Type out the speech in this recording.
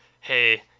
hey